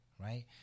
right